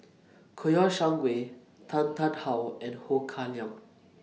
Kouo Shang Wei Tan Tarn How and Ho Kah Leong